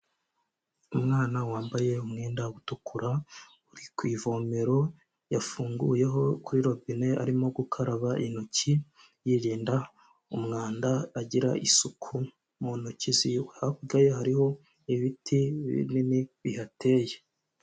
Umwana wambaye umwenda utukura uri ku ivomero yafunguyeho kuri robine arimo gukaraba intoki, yirinda umwanda agira isuku mu ntoki ziwe, hagiye hariho ibiti binini bihateye.